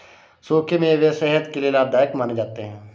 सुखे मेवे सेहत के लिये लाभदायक माने जाते है